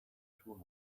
two